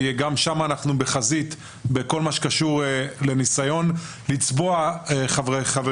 גם שם אנחנו בחזית בכל מה שקשור לניסיון לצבוע את